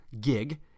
gig